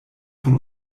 von